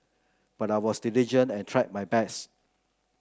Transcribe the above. but I was diligent and tried my best